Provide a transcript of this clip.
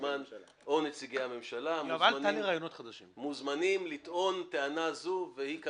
או נציגי הממשלה - מוזמנים לטעון טענה כזו והיא,